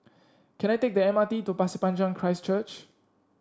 can I take the M R T to Pasir Panjang Christ Church